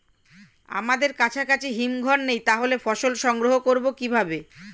আমাদের কাছাকাছি হিমঘর নেই তাহলে ফসল সংগ্রহ করবো কিভাবে?